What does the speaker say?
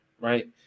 right